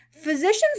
Physicians